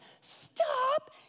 stop